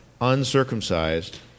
uncircumcised